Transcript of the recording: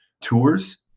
tours